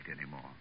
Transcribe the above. anymore